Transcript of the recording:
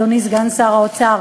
אדוני סגן שר האוצר,